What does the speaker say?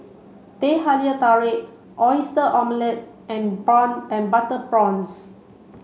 Teh Halia Tarik oyster omelette and prawn butter prawns